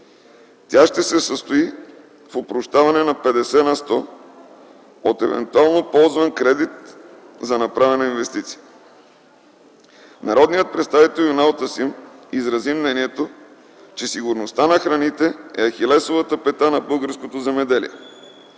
Тя ще се състои в опрощаване на 50 на сто от евентуално ползван кредит за направена инвестиция. Народният представител Юнал Тасим изрази мнението, че сигурността на храните е Ахилесовата пета на българското земеделие.